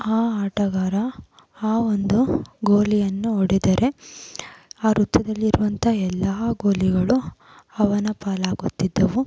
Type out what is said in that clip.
ಆ ಆಟಗಾರ ಆ ಒಂದು ಗೋಲಿಯನ್ನು ಹೊಡೆದರೆ ಆ ವೃತ್ತದಲ್ಲಿರುವಂಥ ಎಲ್ಲ ಗೋಲಿಗಳು ಅವನ ಪಾಲಾಗುತ್ತಿದ್ದವು